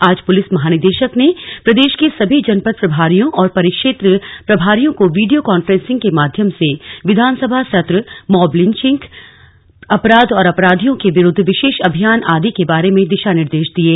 आज पुलिस महानिदेशक ने प्रदेश के सभी जनपद प्रभारियों और परिक्षेत्र प्रभारियों को वीडियो कान्फ्रेसिंग के माध्यम से विधानसभा सत्र मॉब लिंचिंग अपराध और अपराधियों के विरुद्व विशेष अभियान आदि के बारे में दिशा निर्देश दिये